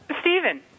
Stephen